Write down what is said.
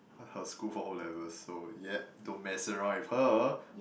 her school for O-level so yea don't mess around with her